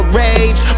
rage